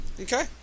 okay